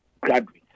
graduates